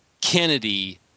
Kennedy